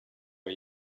are